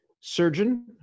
surgeon